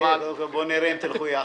חכה, בואו נראה אם תלכו ביחד.